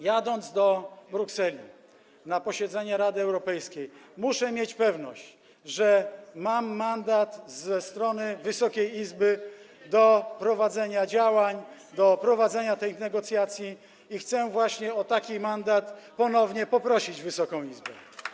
Jadąc do Brukseli na posiedzenie Rady Europejskiej, muszę mieć pewność, że mam mandat ze strony Wysokiej Izby do prowadzenia działań, do prowadzenia tych negocjacji, i chcę właśnie o taki mandat ponownie poprosić Wysoką Izbę.